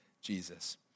Jesus